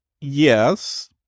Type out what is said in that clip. yes